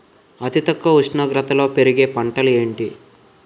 అతి తక్కువ ఉష్ణోగ్రతలో పెరిగే పంటలు ఏంటి?